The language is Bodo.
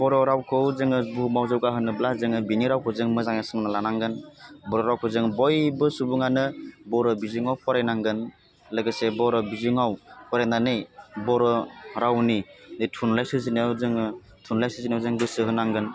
बर' रावखौ जोङो बुहुमाव जौगा होनोब्ला जोङो बिनि रावखौ जों मोजाङै सोलोंना लानांगोन बर' रावखौ जों बयबो सुबुङानो बर' बिजोङाव फरायनांगोन लोगोसे बर' बिजोङाव फरायनानै बर' रावनि थुनलाइ सोरजिनायाव जोङो थुनलाइ सोरजिनायाव जों गोसो होनांगोन